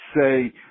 say